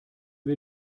wir